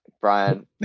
Brian